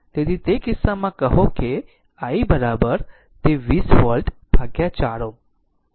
તેથી તે કિસ્સામાં કહો i તે 20 વોલ્ટ 4 Ω છે